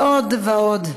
ועוד ועוד.